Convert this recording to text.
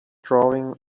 drawing